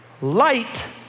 Light